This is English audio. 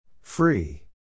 Free